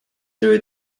through